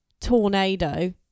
tornado